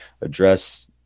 address